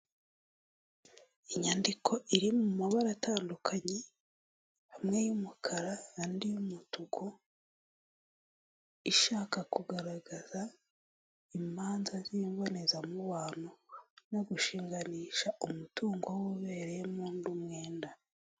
Inyandiko iri mu mabara atandukanye, amwe y'umukara andi y'umutuku, ishaka kugaragaza imanza z'imbonezamubano no gushinganisha umutungo w'ubereyemo undi umwenda.